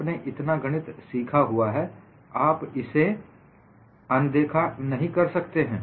आपने इतना गणित सीखा हुआ है आप इसे अनदेखा कर सकते हैं